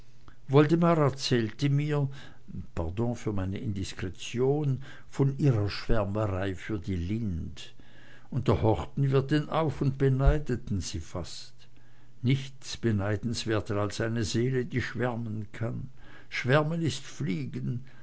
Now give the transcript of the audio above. woldemar erzählte mir pardon für meine indiskretion von ihrer schwärmerei für die lind und da horchten wir denn auf und beneideten sie fast nichts beneidenswerter als eine seele die schwärmen kann schwärmen ist fliegen